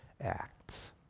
acts